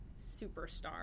superstar